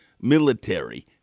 military